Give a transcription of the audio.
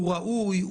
הוא ראוי,